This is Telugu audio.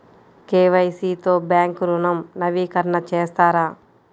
కే.వై.సి తో బ్యాంక్ ఋణం నవీకరణ చేస్తారా?